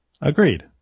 Agreed